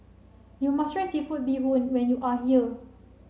you must try seafood bee hoon when you are here